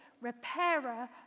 repairer